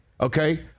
Okay